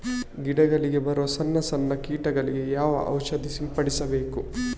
ಗಿಡಗಳಿಗೆ ಬರುವ ಸಣ್ಣ ಸಣ್ಣ ಕೀಟಗಳಿಗೆ ಯಾವ ಔಷಧ ಸಿಂಪಡಿಸಬೇಕು?